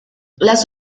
las